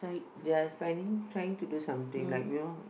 they are finding trying to do something like you know